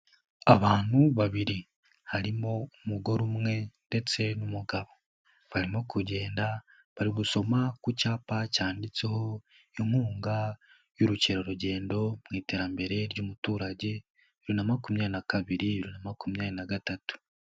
Abantu babiri harimo umugore umwe ndetse n'umugabo barimo kugenda bari gusoma ku cyapa cyanditseho inkunga y'urukerarugendo mu iterambere ry'umuturage bibiri na makumyabiri na kabiri bibiri na makumyabiri na gatatu.